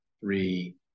three